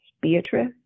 Beatrice